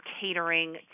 catering